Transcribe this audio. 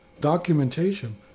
Documentation